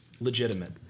legitimate